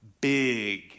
big